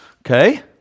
okay